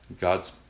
God's